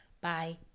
bye